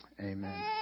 Amen